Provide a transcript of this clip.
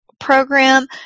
program